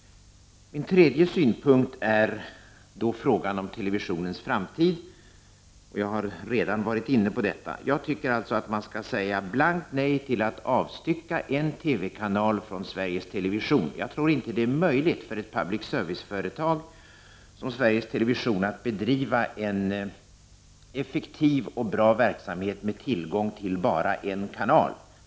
Den tredje punkten gäller frågan om televisionens framtid. Jag har redan varit inne på detta. Jag tycker att man skall säga blankt nej till att avstycka en TV-kanal från Sveriges Television. Jag tror inte att det är möjligt för ett public service-företag som Sveriges Television att bedriva en effektiv och bra verksamhet om företaget bara har tillgång till en kanal.